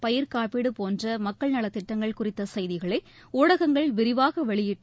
பயிர்க்காப்பீடு போன்ற மக்கள் நல திட்டங்கள் குறித்த செய்திகளை ஊடகங்கள் விரிவாக வெளியிட்டு